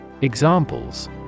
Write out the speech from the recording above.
Examples